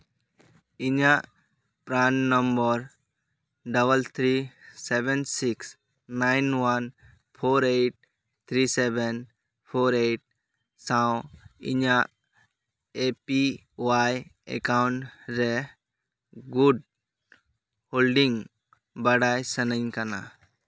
ᱤᱧᱟᱹᱜ PRAN number double three seven six nine one four eight three seven four eight ᱥᱟᱶ ᱤᱧᱟᱹᱜ A P Y account ᱨᱮ good holding ᱵᱟᱲᱟᱭ ᱥᱟᱱᱟᱧ ᱠᱟᱱᱟ